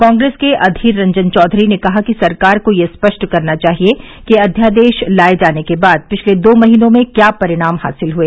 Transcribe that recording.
कांग्रेस के अधीर रंजन चौधरी ने कहा कि सरकार को यह स्पष्ट करना चाहिए कि अध्यादेश लाये जाने के बाद पिछले दो महीनों में क्या परिणाम हासिल हुए